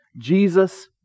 Jesus